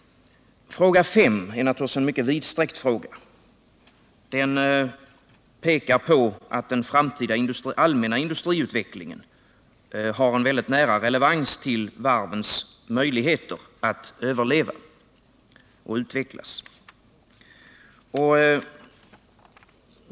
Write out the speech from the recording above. Fråga nr 5 omfattar ett mycket vidsträckt område. Den pekar på att den framtida allmänna industriutvecklingen har en nära relevans till varvens möjligheter att överleva och utvecklas.